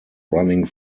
running